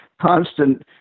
constant